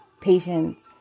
patience